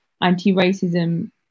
anti-racism